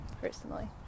Personally